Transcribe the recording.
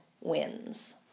wins